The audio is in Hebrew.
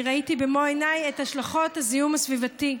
אני ראיתי במו עיניי את השלכות הזיהום הסביבתי.